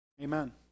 Amen